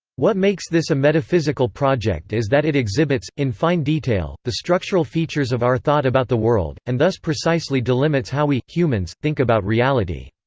what makes this a metaphysical project is that it exhibits, in fine detail, the structural features of our thought about the world, and thus precisely delimits how we, humans, think about reality.